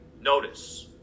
notice